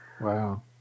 Wow